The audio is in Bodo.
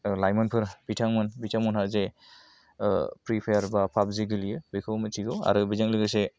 लाइमोनफोर बिथांमोन बिथांमोनहा जे फ्रि फायार बा पाबजि गेलेयो बेखौ मिथिगौ आरो बेजों लोगोसे